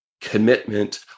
commitment